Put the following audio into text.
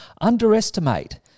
underestimate